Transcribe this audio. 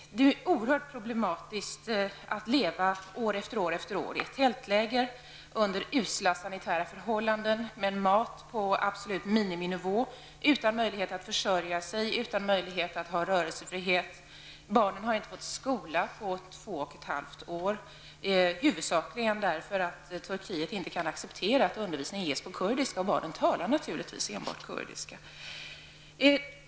Det är oerhört problematiskt att leva år efter år i ett tältläger under usla sanitära förhållanden, med mat på en absolut miniminivå, utan möjligheter att försörja sig och utan möjlighet till rörelsefrihet. Barnen har inte gått i skola på två och ett halvt år. Huvudsakligen beror det på att Turkiet inte accepterar att undervisning ges på kurdiska, och barnen talar naturligtvis enbart kurdiska.